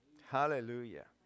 Hallelujah